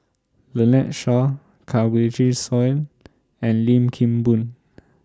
Lynnette Seah Kanwaljit Soin and Lim Kim Boon